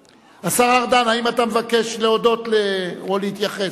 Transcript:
ארדן, השר ארדן, האם אתה מבקש להודות או להתייחס?